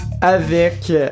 avec